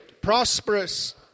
prosperous